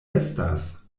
estas